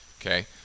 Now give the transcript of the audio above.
Okay